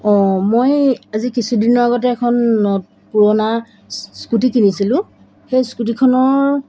অঁ মই আজি কিছুদিনৰ আগতে এখন পুৰণা স্কুটি কিনিছিলোঁ সেই স্কুটিখনৰ